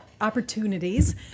opportunities